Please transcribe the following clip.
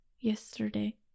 yesterday